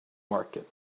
market